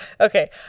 Okay